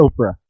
Oprah